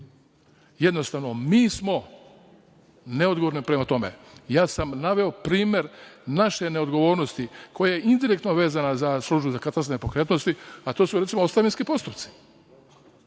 Jednostavno, mi smo neodgovorni prema tome. Ja sam naveo primer naše neodgovornosti koja je indirektno vezana za službe za katastar nepokretnosti, a to su, recimo, ostavinski postupci.